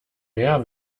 mehr